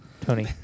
Tony